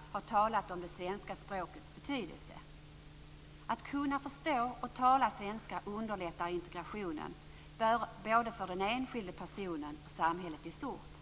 - deltagare i debatten har talat om det svenska språkets betydelse. Att kunna förstå och tala svenska underlättar integrationen för både den enskilde och samhället i stort.